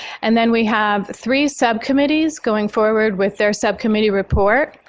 and then we have three subcommittees going forward with their subcommittee report.